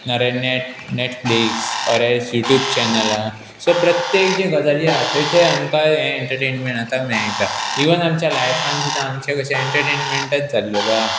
Narya net Netflix or else YouTube चॅनलां so प्रत्येक जे गजाली आसा थंय थंय आमकां हे एंटरटेनमेंट आतां मेळटा इवन आमच्या लायफान सुद्दां आमचें कशें एंटरटेनमेंटच जाल्लेलो आसा